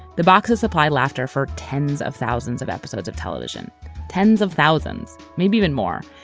the boxes supplied laughter for tens of thousands of episodes of television tens of thousands maybe even more.